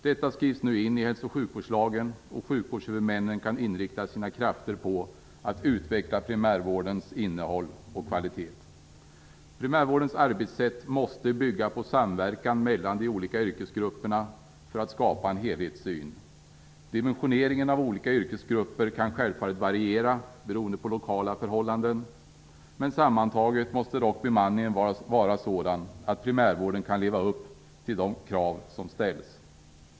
Detta skrivs nu in i hälso och sjukvårdslagen, och sjukvårdshuvudmännen kan inrikta sina krafter på att utveckla primärvårdens innehåll och kvalitet. Primärvårdens arbetssätt måste bygga på samverkan mellan de olika yrkesgrupperna för att skapa en helhetssyn. Dimensioneringen av olika yrkesgrupper kan självfallet variera beroende på olika lokala förhållanden, men sammantaget måste bemanningen vara sådan att primärvården kan leva upp till de krav som ställs.